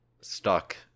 stuck